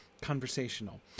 conversational